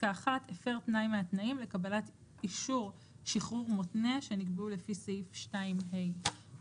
(1)הפר תנאי מהתנאים לקבלת אישור שחרור מותנה שנקבעו לפי סעיף 2ה(ב);